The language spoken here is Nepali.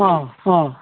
अँ अँ